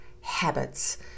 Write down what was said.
habits